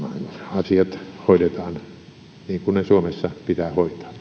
asiat hoidetaan niin kuin ne suomessa pitää